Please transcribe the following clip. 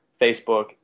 Facebook